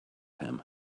him